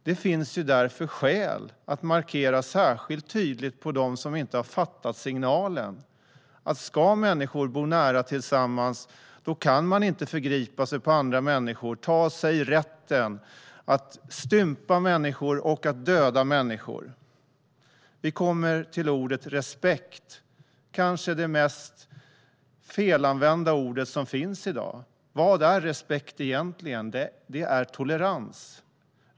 Det finns därför skäl att markera särskilt tydligt för dem som inte har fattat signalen att när människor bor nära tillsammans kan man inte förgripa sig på andra människor och ta sig rätten att stympa och döda människor. Det handlar om respekt. Det är kanske det mest felanvända ordet i dag. Vad är respekt egentligen? Jo, det är tolerans.